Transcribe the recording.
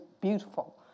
beautiful